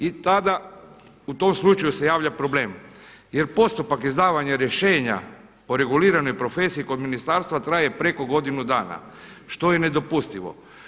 I tada u tom slučaju se javlja problem jer postupak izdavanja rješenja o reguliranoj profesiji kod ministarstva traje preko godinu dana što je nedopustivo.